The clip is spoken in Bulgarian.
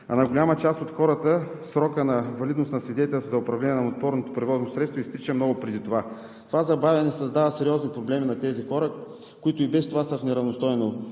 А на голяма част от хората срокът на валидност на свидетелството за управление на моторното превозно средство изтича много преди това. Това забавяне създава сериозни проблеми на тези хора, които и без това са в неравностойно